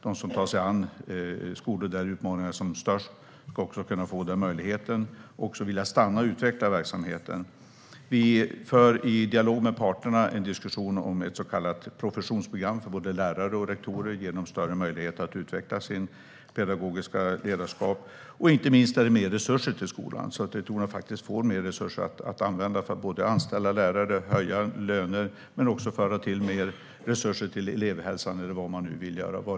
De som tar sig an skolor där utmaningarna är som störst ska få den möjligheten och även vilja stanna och utveckla verksamheten. Vi för i dialog med parterna en diskussion om ett så kallat professionsprogram för både lärare och rektorer för att ge dem större möjlighet att utveckla sitt pedagogiska ledarskap. Inte minst ger vi mer resurser till skolan så att rektorerna faktiskt får mer resurser att använda till att anställa lärare och höja löner men också föra till mer resurser till elevhälsan eller vad man nu vill göra.